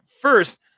first